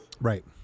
Right